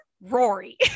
Rory